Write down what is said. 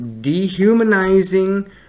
dehumanizing